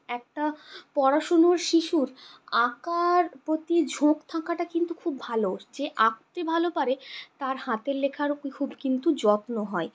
একটা পড়াশুনোর শিশুর আঁকার প্রতি ঝোক থাকাটা কিন্তু খুব ভালো যে আঁকতে ভালো পারে তার হাতের লেখারও খুব কিন্তু যত্ন হয়